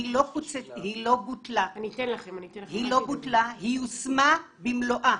היא לא בוטלה, היא יושמה במלואה.